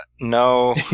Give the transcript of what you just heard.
No